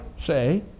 say